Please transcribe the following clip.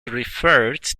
referred